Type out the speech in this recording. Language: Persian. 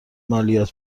مالیات